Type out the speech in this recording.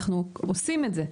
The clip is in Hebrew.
אנחנו עושים את זה,